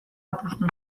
apustu